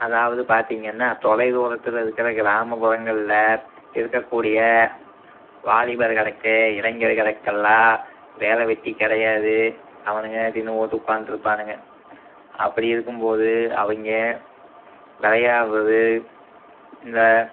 அதாவது பார்த்திங்கன்னா தொலைத்தூரத்தில இருக்கிற கிராமப்புறங்களில் இருக்கக்கூடிய வாலிபர்களுக்கு இளைஞர்களுக்கெல்லாம் வேலை வெட்டி கிடையாது அவனுங்க தின்றுபோட்டு உட்கான்ட்ருப்பானுங்க அப்படி இருக்கும் போது அவங்க விளையாட்றது இந்த